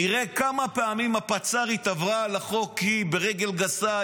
נראה כמה פעמים הפצ"רית עברה על החוק ברגל גסה,